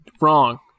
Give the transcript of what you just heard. Wrong